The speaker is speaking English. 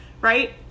right